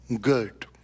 good